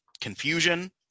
confusion